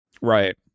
Right